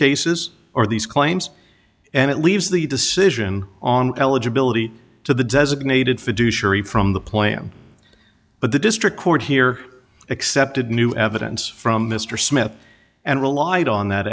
cases or these claims and it leaves the decision on eligibility to the designated fiduciary from the plan but the district court here accepted new evidence from mr smith and relied on that